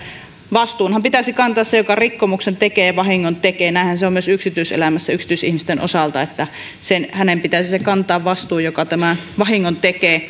vastuuhan pitäisi kantaa sen joka rikkomuksen ja vahingon tekee näinhän se on myös yksityiselämässä yksityisten ihmisten osalta vastuu pitäisi kantaa sen joka vahingon tekee